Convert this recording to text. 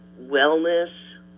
wellness